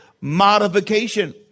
modification